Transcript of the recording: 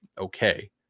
okay